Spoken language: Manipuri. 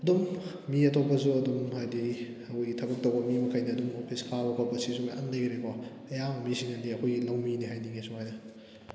ꯑꯗꯨꯝ ꯃꯤ ꯑꯇꯣꯞꯄꯁꯨ ꯑꯗꯨꯝ ꯍꯥꯏꯗꯤ ꯑꯩꯈꯣꯏꯒꯤ ꯊꯕꯛ ꯇꯧꯕ ꯃꯤ ꯃꯈꯩꯅ ꯑꯗꯨꯝ ꯑꯣꯐꯤꯁ ꯀꯥꯕ ꯈꯣꯠꯄ ꯁꯤꯁꯨ ꯃꯌꯥꯝ ꯂꯩꯈ꯭ꯔꯦꯀꯣ ꯑꯌꯥꯝꯕ ꯃꯤꯁꯤꯡꯅꯗꯤ ꯑꯩꯈꯣꯏꯒꯤ ꯂꯧꯃꯤꯅꯦ ꯍꯥꯏꯅꯤꯡꯉꯦ ꯁꯨꯃꯥꯏꯅ